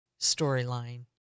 storyline